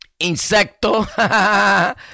Insecto